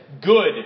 good